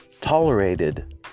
tolerated